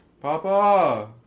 Papa